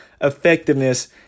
effectiveness